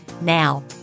Now